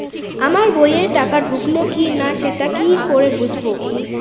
আমার বইয়ে টাকা ঢুকলো কি না সেটা কি করে বুঝবো?